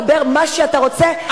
דבר מה שאתה רוצה,